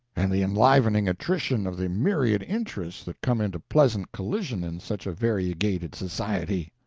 and the enlivening attrition of the myriad interests that come into pleasant collision in such a variegated society.